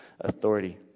authority